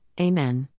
Amen